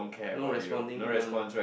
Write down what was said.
no responding ah